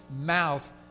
mouth